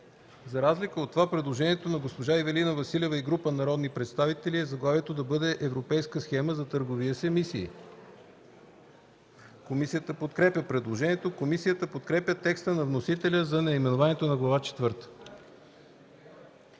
За разлика от това, предложението на госпожа Ивелина Василева и група народни представители е заглавието да бъде: „Европейска схема за търговия с емисии”. Комисията подкрепя предложението. Комисията подкрепя текста на вносителя за наименованието на Глава